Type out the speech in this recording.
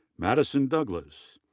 madison douglass,